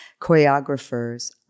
choreographers